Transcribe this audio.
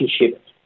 relationship